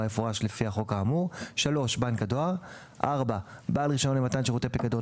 יפורש לפי החוק האמור; בנק הדואר; בעל רישיון למתן שירותי פיקדון